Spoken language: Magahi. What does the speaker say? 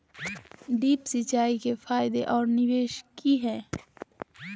ड्रिप सिंचाई के फायदे और निवेस कि हैय?